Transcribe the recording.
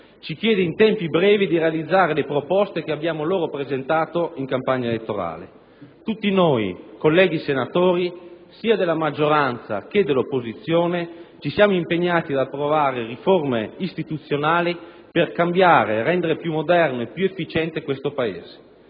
Ci chiede in tempi brevi di realizzare le proposte che abbiamo loro presentato in campagna elettorale. Tutti noi, senatori sia della maggioranza che dell'opposizione, ci siamo impegnati ad approvare riforme istituzionali per cambiare e rendere più moderno e più efficiente questo Paese.